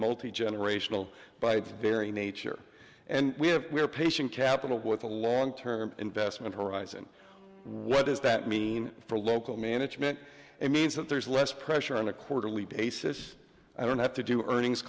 multigenerational by its very nature and we have we're patient capital with a long term investment horizon what does that mean for local management it means that there's less pressure on a quarterly basis i don't have to do earnings